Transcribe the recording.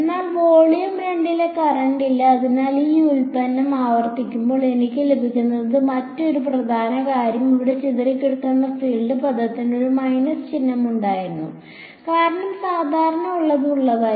എന്നാൽ വോളിയം 2 ൽ കറന്റ് ഇല്ല അതിനാൽ ഞാൻ ഈ വ്യുൽപ്പന്നം ആവർത്തിക്കുമ്പോൾ എനിക്ക് ലഭിക്കുന്നത് ഇതാണ് മറ്റൊരു പ്രധാന കാര്യം ഇവിടെ ചിതറിക്കിടക്കുന്ന ഫീൽഡ് പദത്തിന് ഒരു മൈനസ് ചിഹ്നമുണ്ടായിരുന്നു കാരണം സാധാരണ ഉള്ളത് ഉള്ളതായിരുന്നു